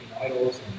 idols